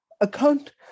account